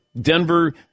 Denver